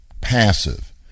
passive